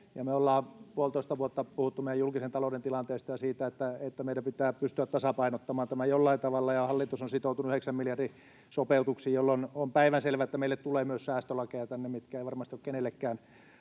me ollaan puolitoista vuotta puhuttu meidän julkisen talouden tilanteesta ja siitä, että meidän pitää pystyä tasapainottamaan tämä jollain tavalla, ja hallitus on sitoutunut yhdeksän miljardin sopeutuksiin, jolloin on päivänselvää, että meille tulee myös säästölakeja tänne, mitkä eivät varmasti ole kenellekään